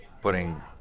putting